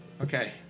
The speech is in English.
Okay